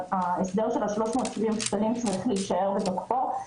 ההסדר של ה-370 שקלים צריך להישאר בתוקפו.